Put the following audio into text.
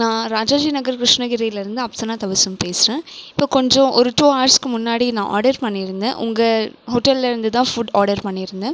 நான் ராஜாஜி நகர் கிருஷ்ணகிரிலேருந்து அப்சனா தவசம் பேசுகிறேன் இப்போ கொஞ்சம் ஒரு டூ ஹவர்ஸ்க்கு முன்னாடி நான் ஆடர் பண்ணியிருந்தேன் உங்கள் ஹோட்டல்லேருந்து தான் ஃபுட் ஆடர் பண்ணியிருந்தேன்